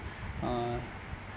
uh